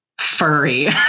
furry